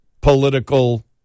political